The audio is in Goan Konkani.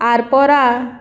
आरपोरा